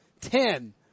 ten